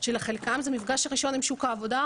שלחלקם זה המפגש הראשון עם שוק העבודה,